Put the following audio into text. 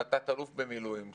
לתת אלוף במילואים?